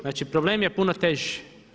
Znači problem je puno teži.